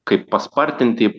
kaip paspartinti